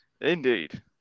Indeed